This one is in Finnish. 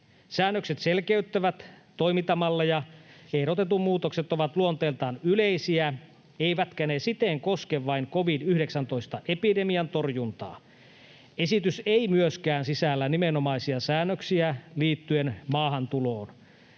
Säännökset selkeyttävät toimintamalleja, ja ehdotetut muutokset ovat luonteeltaan yleisiä, eivätkä ne siten koske vain covid-19-epidemian torjuntaa. Esitys ei myöskään sisällä nimenomaisia säännöksiä liittyen maahantuloon.